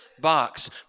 box